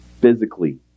Physically